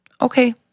Okay